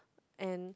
and